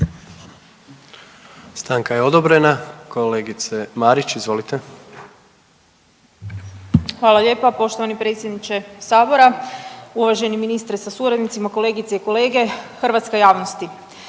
Stanka je odobrena. Kolegice Marić, izvolite. **Marić, Andreja (SDP)** Hvala lijepa poštovani predsjedniče Sabora. Uvaženi ministre sa suradnicima, kolegice i kolege. Hrvatska javnosti.